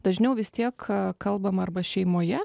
dažniau vis tiek kalbama arba šeimoje